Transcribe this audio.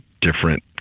different